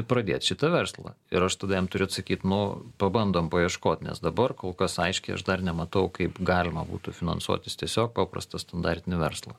pradėt šitą verslą ir aš tada jam turiu atsakyt nu pabandom paieškot nes dabar kol kas aiškiai aš dar nematau kaip galima būtų finansuotis tiesiog paprastą standartinį verslą